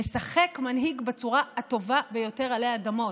הוא משחק מנהיג בצורה הטובה ביותר עלי אדמות.